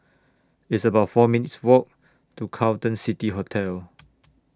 It's about four minutes' Walk to Carlton City Hotel